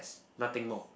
nothing more